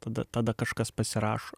tada tada kažkas pasirašo